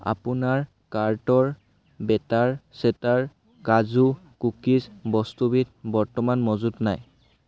আপোনাৰ কাৰ্টৰ বেটাৰ চেটাৰ কাজু কুকিজ বস্তুবিধ বৰ্তমান মজুত নাই